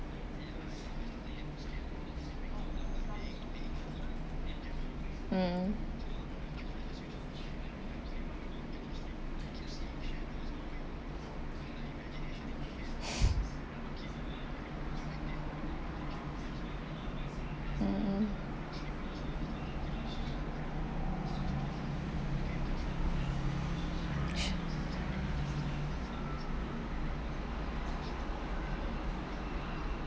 mm mm mm